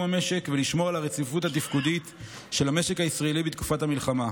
המשק ולשמור על הרציפות התפקודית של המשק הישראלי בתקופת המלחמה.